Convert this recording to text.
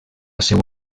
seua